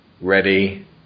Ready